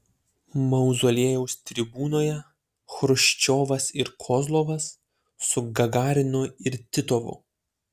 mauzoliejaus tribūnoje chruščiovas ir kozlovas su gagarinu ir titovu